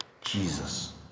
Jesus